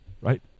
right